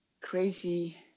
crazy